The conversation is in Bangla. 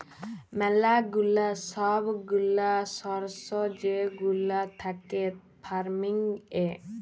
ম্যালা গুলা সব গুলা সর্স যেগুলা থাক্যে ফান্ডিং এ